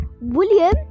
William